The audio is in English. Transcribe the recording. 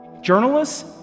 Journalists